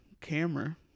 camera